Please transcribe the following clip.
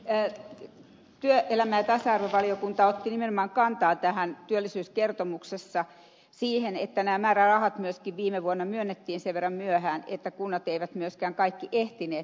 työelämä ja tasa arvovaliokunta otti nimenomaan kantaa työllisyyskertomuksessa siihen että nämä määrärahat myöskin viime vuonna myönnettiin sen verran myöhään että kaikki kunnat eivät myöskään ehtineet niitä käyttää